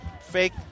fake